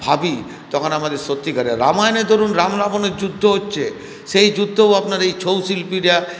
ভাবি তখন আমাদের সত্যিকারের রামায়নে ধরুন রাম রাবণের যুদ্ধ হচ্ছে সেই যুদ্ধও আপনার এই ছৌ শিল্পীরা